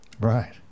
Right